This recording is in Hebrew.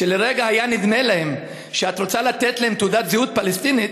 שכשלרגע היה נדמה להם שאת רוצה לתת להם תעודת זהות פלסטינית,